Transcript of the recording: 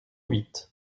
huit